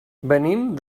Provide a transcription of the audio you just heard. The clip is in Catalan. venim